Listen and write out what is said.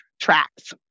tracks